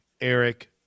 Eric